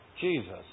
Jesus